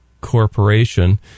corporation